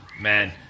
Man